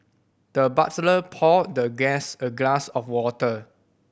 the butler poured the guest a glass of water